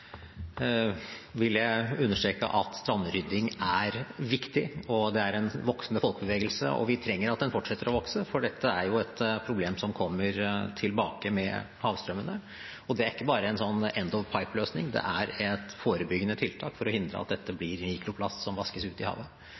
vil jeg understreke at strandrydding er viktig. Det er en voksende folkebevegelse, og vi trenger at den fortsetter å vokse, for dette er et problem som kommer tilbake med havstrømmene. Det er ikke bare en «end-of-pipe»-løsning, det er et forebyggende tiltak for å hindre at dette blir mikroplast som vaskes ut i havet.